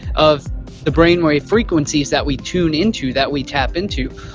of the brainwave frequencies that we tune into, that we tap into.